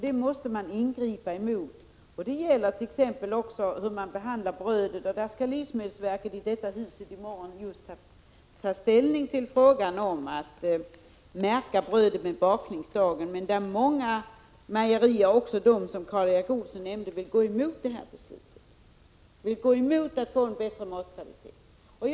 Det måste man ingripa emot. Det gäller exempelvis hur man behandlar brödet. Nu skall livsmedelsverket i morgon i detta hus ta ställning till frågan om att märka brödet med bakningsdatum. Men som också Karl Erik Olsson nämnde vill många mejerier gå emot beslutet, alltså gå emot kravet på en bättre matkvalitet.